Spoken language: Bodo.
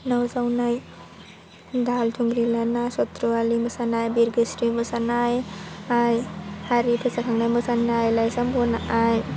नाव जावनाय दाहाल थुंग्रि लाना चट्र'वालि मोसानाय बिरगोस्रि मोसानाय आइ हारि फोजाखांनाय मोसानाय लाइजाम बनाय